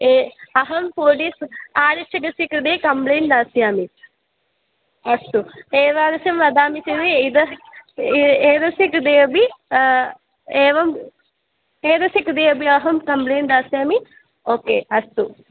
ए अहं पोलिस् क आरक्षकस्य कृते कम्प्लेण्ट् दास्यामि अस्तु एतादृशं वदामि चेत् इद एतस्य कृते अपि एवम् एतस्य कृते अपि अहं कम्प्लेण्ट् दास्यामि ओके अस्तु